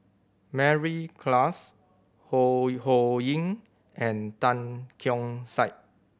Mary Klass Ho Ho Ying and Tan Keong Saik